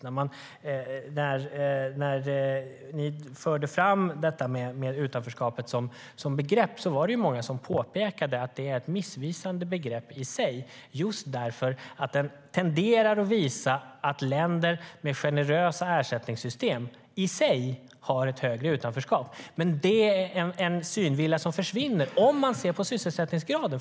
När de förde fram utanförskapet som begrepp var det många som påpekade att det var ett missvisande begrepp just för att det tenderade att visa att länder med generösa ersättningssystem i sig har ett större utanförskap. Men det är en synvilla, och den försvinner om man ser på sysselsättningsgraden.